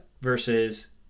Versus